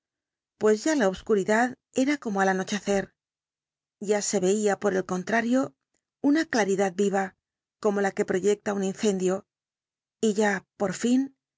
pues ya la obscuridad era como al anochecer ya se veía por el contrario una claridad viva como la que proyecta un incendio y ya por fin